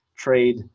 Trade